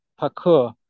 parkour